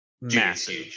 massive